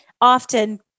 often